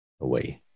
away